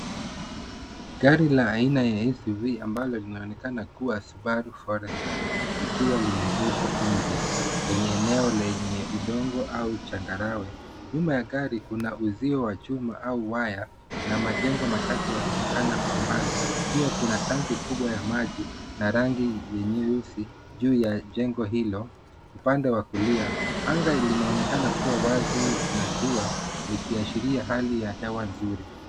Gari la aina ya SUV ambalo linaonekana kuwa Subaru Forester, likiwa limeegeshwa nje kwenye eneo lenye udongo au changarawe. Nyuma ya gari kuna uzio wa chuma au waya na majengo machache yanaonekana kwa mbali, pia kuna tanki kubwa ya maji na rangi nyeusi juu ya jengo hilo pande wa kulia. Anga linaonekana kuwa wazi na jua likiashiria hali ya hewa nzuri.